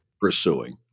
pursuing